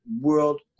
World